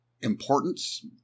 importance